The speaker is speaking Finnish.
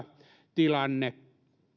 tilanne